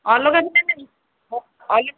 ଅଲଗା ଅଲଗା